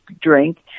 drink